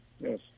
Yes